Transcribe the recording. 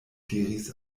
diris